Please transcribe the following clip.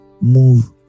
move